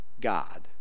God